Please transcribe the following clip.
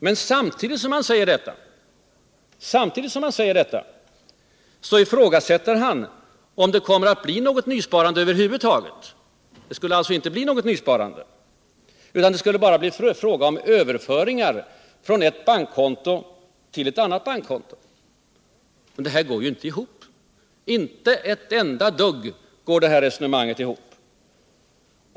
Men samtidigt som han säger detta ifrågasätter han om det kommer att bli något nysparande över huvud taget och påstår att det bara skulle bli fråga om överföringar från ett bankkonto till ett annat. Detta resonemang går inte ihop.